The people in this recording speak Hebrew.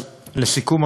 לסיכום,